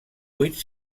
vuit